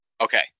Okay